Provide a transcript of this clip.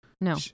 No